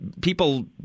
people